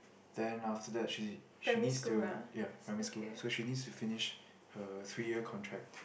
then after that she she needs to ya primary school so she needs to finish her three year contract